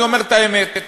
אני אומר את האמת: